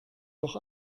doch